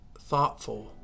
thoughtful